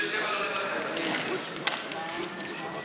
עתיד וקבוצת סיעת מרצ לאחרי סעיף